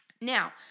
Now